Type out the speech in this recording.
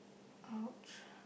!ouch!